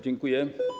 Dziękuję.